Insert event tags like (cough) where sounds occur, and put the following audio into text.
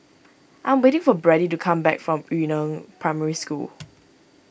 I am waiting for Brady to come back from Yu Neng Primary School (noise)